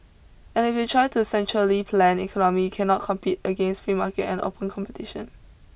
and if you try to centrally planned economy cannot compete against free market and open competition